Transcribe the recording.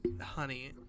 Honey